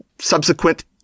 subsequent